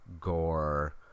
gore